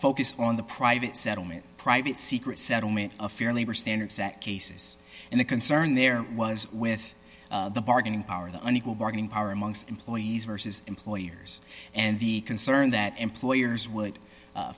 focused on the private settlement private secret settlement of fair labor standards act cases and the concern there was with the bargaining power the unequal bargaining power among employees versus employers and the concern that employers would